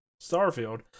Starfield